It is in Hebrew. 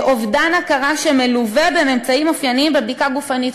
אובדן הכרה שמלווה בממצאים אופייניים בבדיקה גופנית,